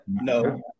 no